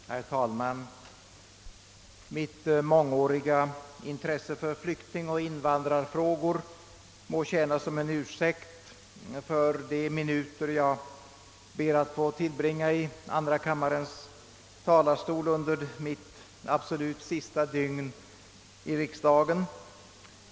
Herr talman! Mitt mångåriga intresse för flyktingsoch invandrarfrågor må tjäna som en ursäkt för de minuter jag ber att få tillbringa i andra kammarens talarstol under mitt absolut sista dygn i riksdagen.